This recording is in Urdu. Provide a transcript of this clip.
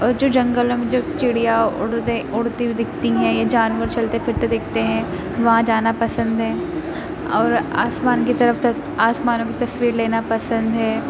اور جو جنگلوں میں جو چڑیا اڑتی ہوئی دکھتی ہیں یا جانور چلتے پھرتے دکھتے ہیں وہاں جانا پسند ہے اور آسمان کی طرف تص آسمانوں کی تصویر لینا پسند ہے